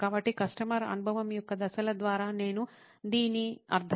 కాబట్టి కస్టమర్ అనుభవం యొక్క దశల ద్వారా నేను దీని అర్థం